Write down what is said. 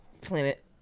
planet